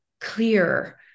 clear